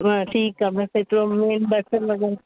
न ठीकु आहे बसि एतिरो मेन बसर वगै़रह